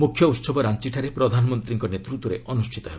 ମୁଖ୍ୟ ଉହବ ରାଞ୍ଚଠାରେ ପ୍ରଧାନମନ୍ତ୍ରୀଙ୍କ ନେତୃତ୍ୱରେ ଅନୁଷ୍ଠିତ ହେବ